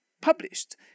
published